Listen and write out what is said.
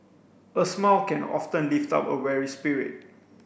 a smile can often lift up a weary spirit